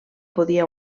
podia